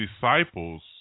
disciples